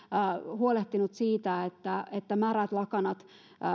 huolehtinut siitä että että märät lakanat